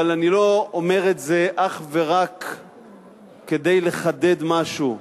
אבל אני לא אומר את זה אך ורק כדי לחדד משהו,